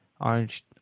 orange